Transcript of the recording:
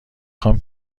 خوام